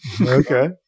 Okay